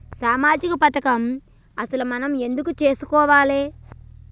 సామాజిక పథకం అసలు మనం ఎందుకు చేస్కోవాలే?